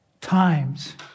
times